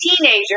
teenager